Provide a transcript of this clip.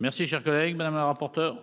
Merci cher collègue madame la rapporteure.